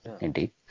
Indeed